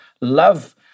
love